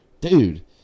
Dude